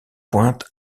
pointe